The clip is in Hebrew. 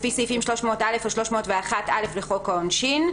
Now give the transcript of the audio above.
לפי סעיפים 300(א) או 301א לחוק העונשין,